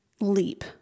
leap